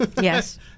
Yes